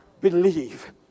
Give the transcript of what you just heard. believe